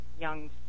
young